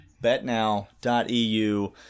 Betnow.eu